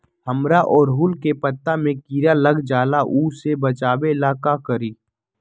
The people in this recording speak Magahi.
हमरा ओरहुल के पत्ता में किरा लग जाला वो से बचाबे ला का करी?